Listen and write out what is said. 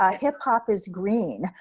ah hip hop is green.